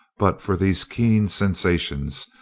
but for these keen sensations,